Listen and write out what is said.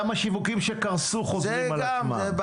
גם השיווקים שקרסו חוזרים על עצמם.